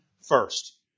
first